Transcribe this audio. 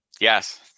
Yes